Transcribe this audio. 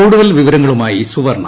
കൂടുതൽ വിവരങ്ങളുമായി സുവർണ്ണ